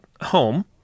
home